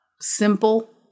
simple